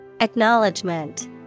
Acknowledgement